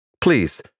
Please